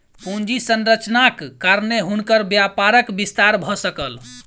पूंजी संरचनाक कारणेँ हुनकर व्यापारक विस्तार भ सकल